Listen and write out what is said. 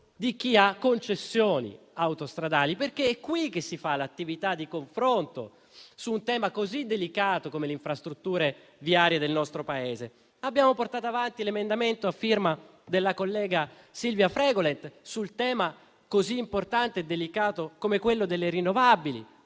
di chi ha le concessioni autostradali. È qui che si fa l'attività di confronto su un tema così delicato come le infrastrutture viarie del nostro Paese. Abbiamo portato avanti l'emendamento a firma della collega Silvia Fregolent su un tema così importante e delicato come le rinnovabili.